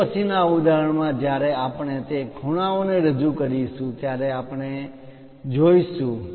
હવે પછી ના ઉદાહરણમાં જ્યારે આપણે તે ખૂણાઓને રજૂ કરીશું ત્યારે આપણે જોઈશું